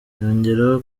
yongeraho